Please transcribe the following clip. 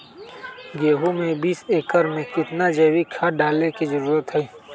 गेंहू में बीस एकर में कितना जैविक खाद डाले के जरूरत है?